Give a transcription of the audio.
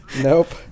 Nope